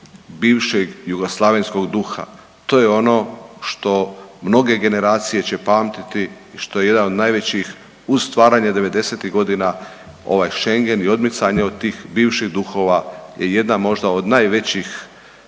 bivšeg jugoslavenskog duha, to je ono što mnoge generacije će pamtiti, što jedan od najvećih uz stvaranje devedesetih godina ovaj Schengen i odmicanje od tih bivših duhova je jedna možda od najvećih